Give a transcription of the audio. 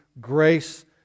grace